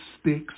sticks